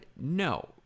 No